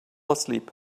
asleep